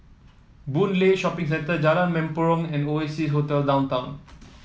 Boon Lay Shopping Centre Jalan Mempurong and Oasia Hotel Downtown